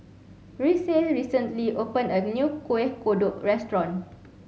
Reese recently opened a new Kueh Kodok restaurant